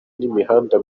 n’imihanda